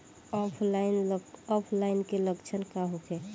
ऑफलाइनके लक्षण का होखे?